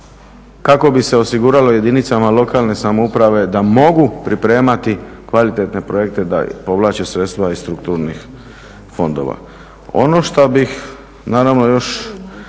kako bi se osiguralo jedinicama lokalne samouprave da mogu pripremati kvalitetne projekte da povlače sredstva iz strukturnih fondova. Ono što bih naravno još